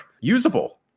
usable